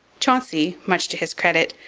chauncey, much to his credit,